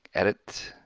edit,